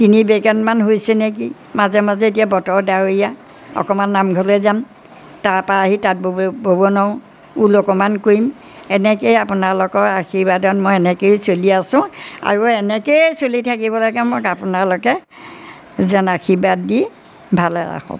তিনি বেগেটমান হৈছে নেকি মাজে মাজে এতিয়া বতৰ ডাৱৰীয়া অকণমান নামঘৰলৈ যাম তাৰপৰা আহি তাঁত ব'ব ব'ব নোৱাৰোঁ ঊল অকণমান কৰিম এনেকৈয়ে আপোনালোকৰ আশীৰ্বাদত মই এনেকৈয়ে চলি আছোঁ আৰু এনেকৈয়ে চলি থাকিবলৈকে মোক আপোনালোকে যেন আশীৰ্বাদ দি ভালে ৰাখক